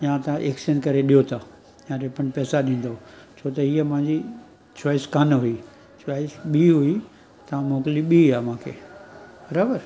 या तव्हां एक्सचेंज करे ॾियो तव्हां या रीफंड पैसा ॾींदो छो त हीअं मुंहिंजी चॉइस कोन हुई चॉइस ॿी हुई तव्हां मोकिली ॿी आहे मूंखे बराबरि